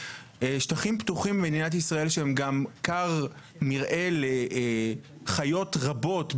שטחים פתוחים במדינת ישראל שהם גם כר מרעה לחיות רבות,